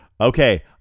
Okay